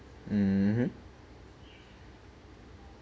mmhmm